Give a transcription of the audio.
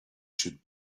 should